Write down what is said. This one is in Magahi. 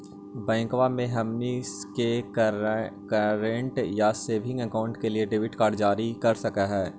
बैंकवा मे हमनी के करेंट या सेविंग अकाउंट के लिए डेबिट कार्ड जारी कर हकै है?